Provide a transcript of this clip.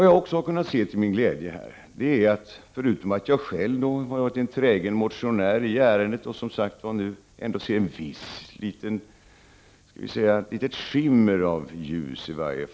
Jag har själv träget motionerat i detta ärende och ser nu ändå ett visst skall vi säga skimmer av ljus bakom molnet.